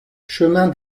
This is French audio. chemin